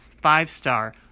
five-star